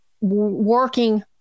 working